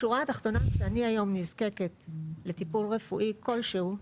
בשורה התחתונה כשאני היום נזקקת לטיפול רפואי כלשהו,